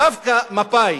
דווקא מפא"י